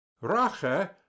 Rache